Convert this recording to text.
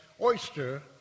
oyster